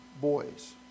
boys